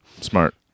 Smart